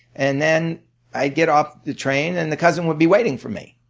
and then i get off the train and the cousin would be waiting for me.